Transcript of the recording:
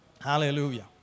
Hallelujah